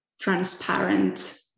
transparent